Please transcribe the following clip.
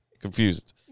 Confused